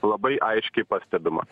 labai aiškiai pastebima